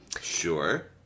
Sure